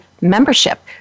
membership